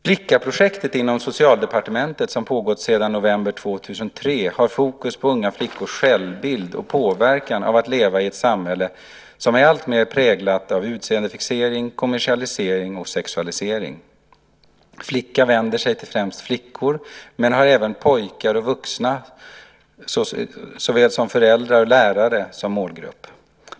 Flickaprojektet inom Socialdepartementet, som pågått sedan november 2003, har fokus på unga flickors självbild och påverkan av att leva i ett samhälle som är alltmer präglat av utseendefixering, kommersialisering och sexualisering. Flicka vänder sig främst till flickor, men har även pojkar och vuxna, som föräldrar och lärare, som målgrupp.